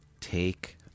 Take